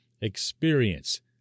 experience